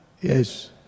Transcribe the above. yes